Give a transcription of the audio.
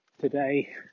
Today